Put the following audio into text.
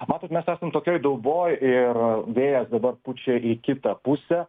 matot mes esam tokioje dauboj ir vėjas dabar pučia į kitą pusę